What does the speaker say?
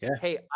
Hey